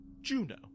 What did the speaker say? Juno